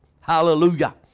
Hallelujah